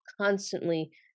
constantly